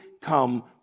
come